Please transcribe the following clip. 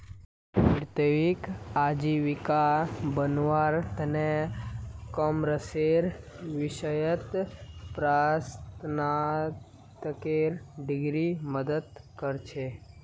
वित्तीय आजीविका बनव्वार त न कॉमर्सेर विषयत परास्नातकेर डिग्री मदद कर छेक